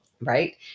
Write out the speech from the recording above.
right